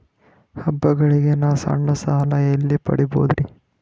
ಹಬ್ಬಗಳಿಗಾಗಿ ನಾ ಸಣ್ಣ ಸಾಲ ಎಲ್ಲಿ ಪಡಿಬೋದರಿ?